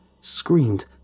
screamed